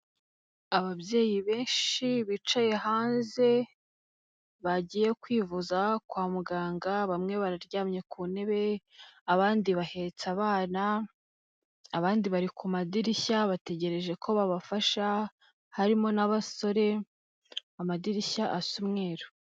Ababyeyi benshi bicaye hanze bagiye kwivuza kwa muganga bamwe bararyamye ku ntebe abandi bahetse abana abandi bari ku madirishya bategereje ko babafasha, harimo n'abasore amadirishya asa umweru.